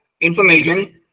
information